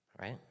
Right